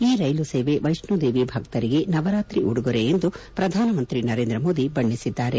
ಈ ರೈಲು ಸೇವೆ ವೈಷ್ಣೋದೇವಿ ಭಕ್ತರಿಗೆ ನವರಾತ್ರಿ ಉಡುಗೊರೆ ಎಂದು ಪ್ರಧಾನಮಂತ್ರಿ ನರೇಂದ್ರ ಮೋದಿ ಬಣ್ಣಿಸಿದ್ದಾರೆ